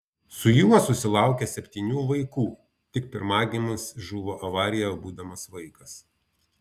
su juo susilaukė septynių vaikų tik pirmagimis žuvo avarijoje būdamas vaikas